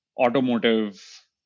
automotive